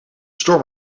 storm